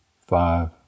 five